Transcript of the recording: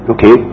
Okay